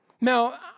Now